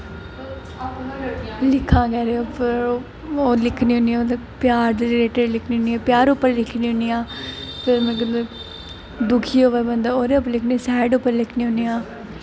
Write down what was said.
लिखांऽ अगर लिखनी होनी आं ओह्दे प्यार दे रिलेटिड लिखनी होनी आं प्यार उप्पर लिखनी होनी आं फिर में दुखी होऐ बंदा ओह्दे उप्पर लिखनी सैड होऐ बंदा ओह्दे पर लिखनी होनी आं